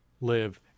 live